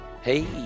Hey